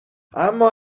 اما